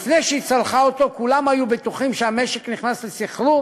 לפני שהיא צלחה אותו כולם היו בטוחים שהמשק נכנס לסחרור